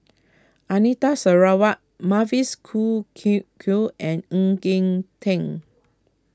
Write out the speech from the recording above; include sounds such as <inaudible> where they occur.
Anita Sarawak Mavis Khoo <unintelligible> Q and Ng Eng Teng